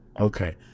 Okay